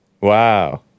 Wow